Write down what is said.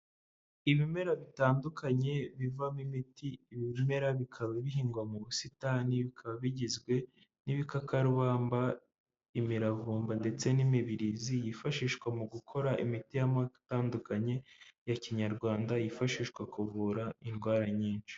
Ibimera bitandukanye bivamo imiti, ibimera bikaba bihingwa mu busitani bikaba bigizwe n'ibikakarubamba, imiravumba, ndetse n'imibirizi yifashishwa mu gukora imiti y'amako andukanye ya kinyarwanda yifashishwa kuvura indwara nyinshi.